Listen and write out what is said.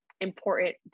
important